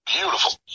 beautiful